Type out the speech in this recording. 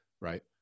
right